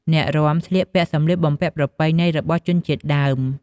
អ្នករាំស្លៀកពាក់សម្លៀកបំពាក់ប្រពៃណីរបស់ជនជាតិដើម។